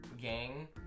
gang